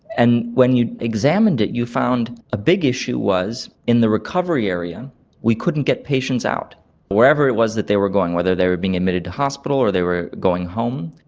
and when you examined it you found a big issue was in the recovery area we couldn't get patients out, or wherever it was that they were going, whether they were being admitted to hospital or they were going home,